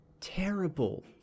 terrible